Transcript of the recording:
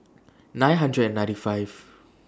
nine hundred and ninety five